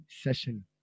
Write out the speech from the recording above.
session